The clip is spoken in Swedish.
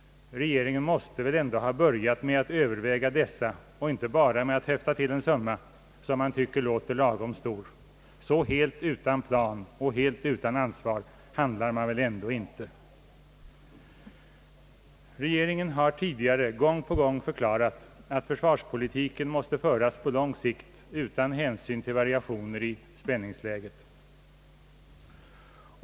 Regeringen måste väl ändå ha börjat med att överväga dessa och inte bara med att höfta till en summa, som man tycker låter lagom stor. Så helt utan plan och ansvar handlar man väl ändå inte. Regeringen har tidigare gång på gång förklarat att försvarspolitiken måste föras på lång sikt utan hänsyn till variationer i spänningsläget.